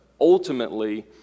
ultimately